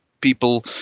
People